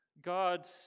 God